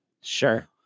Sure